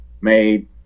made